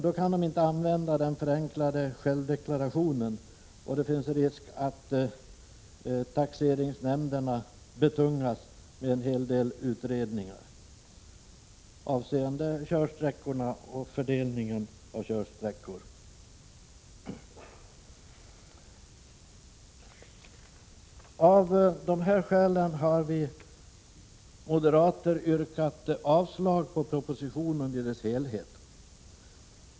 Då kan de inte använda den förenklade självdeklarationen, och det finns risk att taxeringsnämnderna betungas med en hel del utredningar avseende körsträckor och fördelning av körsträckor. Av dessa skäl har vi moderater yrkat avslag på propositionen i dess helhet.